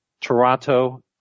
Toronto